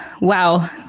wow